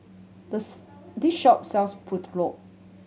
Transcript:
the this shop sells Pulao